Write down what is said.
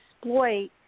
exploit